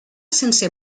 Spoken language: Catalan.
sense